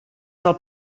del